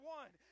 one